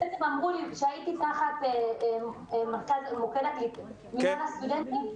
כשהייתי תחת מנהל הסטודנטים,